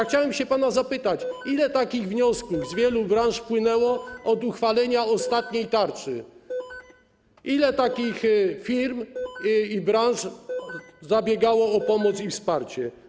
Chciałem pana zapytać, ile takich wniosków z wielu branż wpłynęło od uchwalenia ostatniej tarczy, ile takich firm i branż zabiegało o pomoc i wsparcie.